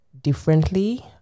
differently